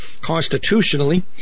constitutionally